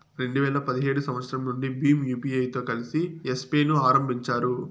రెండు వేల పదిహేడు సంవచ్చరం నుండి భీమ్ యూపీఐతో కలిసి యెస్ పే ను ఆరంభించారు